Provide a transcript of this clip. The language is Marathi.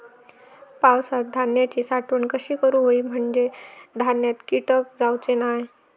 पावसात धान्यांची साठवण कशी करूक होई म्हंजे धान्यात कीटक जाउचे नाय?